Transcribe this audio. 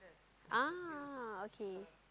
ah okay